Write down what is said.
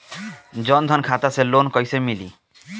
जन धन खाता से लोन कैसे मिली?